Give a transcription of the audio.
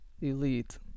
Elite